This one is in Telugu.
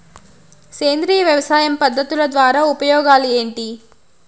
సేంద్రియ వ్యవసాయ పద్ధతుల ద్వారా ఉపయోగాలు ఏంటి?